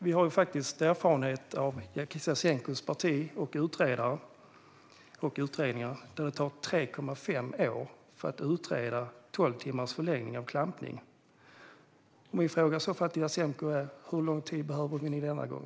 Vi har erfarenhet av Jasenkos parti och utredare och utredningar: Det har tagit 3,5 år att utreda tolv timmars förlängning av klampning. Min fråga till Jasenko är därför: Hur lång tid behöver ni denna gång?